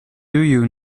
you